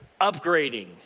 upgrading